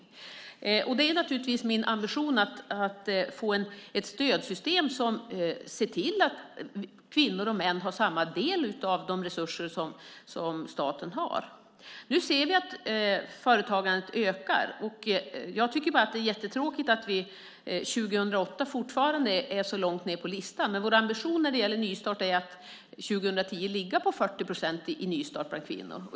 Min ambition är naturligtvis att få ett stödsystem som ser till att kvinnor och män har lika del av statens resurser. Vi ser nu att företagandet ökar. Jag tycker bara att det är jättetråkigt att vi 2008 fortfarande är så långt ned på listan. Vår ambition när det gäller nystart är att 2010 ligga på 40 procents nystart bland kvinnor.